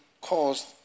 caused